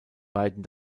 beiden